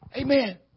Amen